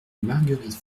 marguerite